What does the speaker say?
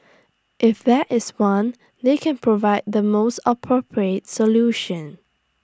if there is one they can provide the most appropriate solution